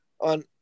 on